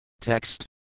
Text